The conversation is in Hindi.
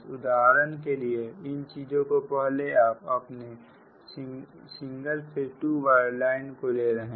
उदाहरण के लिए इन चीजों के पहले आप अपने single phase two wire line को ले रहे हैं